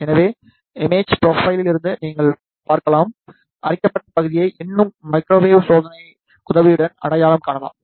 எனவே இமேஜ் ப்ரொபைலிருந்து நீங்கள் பார்க்கலாம் அரிக்கப்பட்ட பகுதியை இன்னும் மைக்ரோவேவ் சோதனை உதவியுடன் அடையாளம் காணலாம்